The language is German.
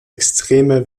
extreme